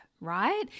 right